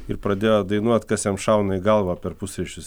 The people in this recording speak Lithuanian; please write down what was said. ir pradėjo dainuot kas jam šauna į galvą per pusryčius